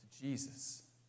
Jesus